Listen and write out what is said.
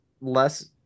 less